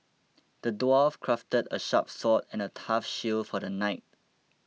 the dwarf crafted a sharp sword and a tough shield for the knight